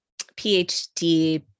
PhD